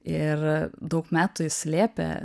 ir daug metų ji slėpė